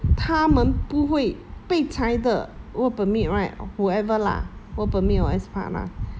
他们不会被裁的 work permit right whoever lah work permit or S pass lah